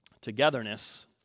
togetherness